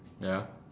ya